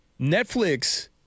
Netflix